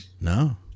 No